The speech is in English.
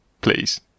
please